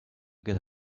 get